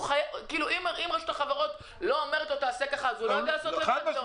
אם רשות החברות לא אומרת לו לעשות כך אז הוא לא יודע לעשות כך?